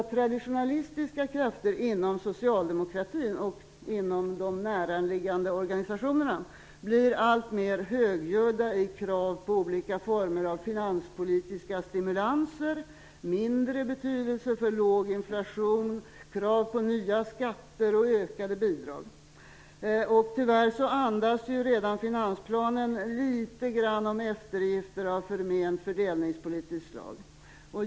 Traditionalistiska krafter inom socialdemokratin och inom dem näraliggande organisationerna blir alltmer högljudda i kraven på olika former av finanspolitiska stimulanser, mindre betydelse för låg inflation samt krav på nya skatter och ökade bidrag. Tyvärr andas ju redan finansplanen litet grand om eftergifter av förment fördelningspolitiskt slag.